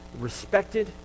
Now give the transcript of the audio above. respected